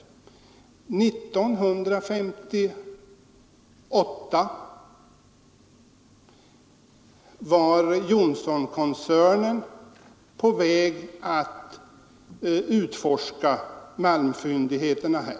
År 1958 var Johnsonkoncernen på väg att utforska malmfyndigheterna här.